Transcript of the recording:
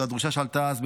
זו הדרישה שעלתה אז,